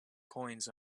coins